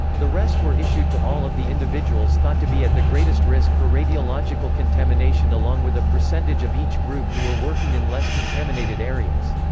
the rest were issued to all of the individuals thought to be at the greatest risk for radiological contamination along with a percentage of each group who were working in less contaminated areas.